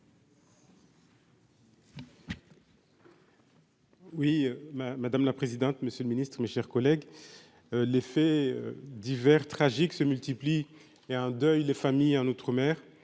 Oui, madame la présidente, monsieur le Ministre, mes chers collègues, les faits divers tragiques se multiplient et un deuil, les familles en outre-mer